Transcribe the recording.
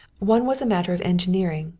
one was a matter of engineering,